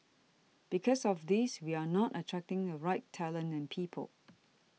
because of this we are not attracting the right talent and people